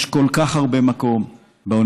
יש כל כך הרבה מקום באוניברסיטאות